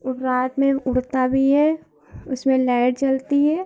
और रात में उड़ता भी है उसमें लाइट जलती है